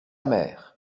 mère